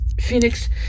Phoenix